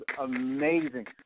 amazing